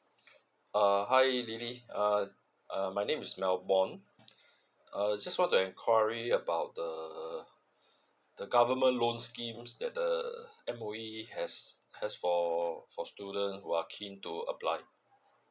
uh hi lily uh uh my name is melbon uh just want to enquiry about the the government loans schemes that the M_O_E has has for for student who are keen to apply